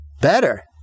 Better